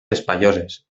espaioses